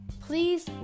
please